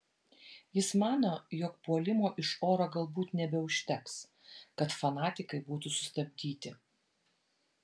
jis mano jog puolimo iš oro galbūt nebeužteks kad fanatikai būtų sustabdyti